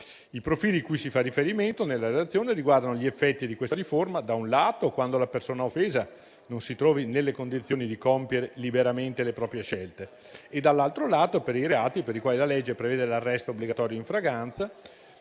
I profili cui si fa riferimento nella relazione riguardano gli effetti di questa riforma, da un lato, quando la persona offesa non si trovi nelle condizioni di compiere liberamente le proprie scelte e, dall'altro lato, per i reati per i quali la legge prevede l'arresto obbligatorio in flagranza,